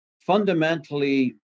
fundamentally